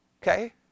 Okay